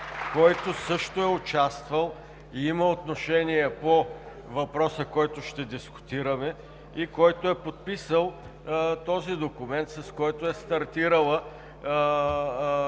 който също е участвал и има отношение по въпроса, който ще дискутираме, подписал е документа, с който е стартирала